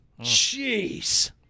Jeez